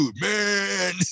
man